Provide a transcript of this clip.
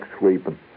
sleeping